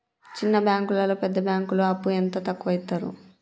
చిన్న బ్యాంకులలో పెద్ద బ్యాంకులో అప్పు ఎంత ఎక్కువ యిత్తరు?